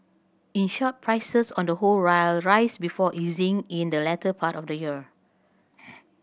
in short prices on the whole will rise before easing in the latter part of the year